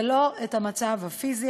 ולא את המצב הפיזי,